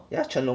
yeah 谌龙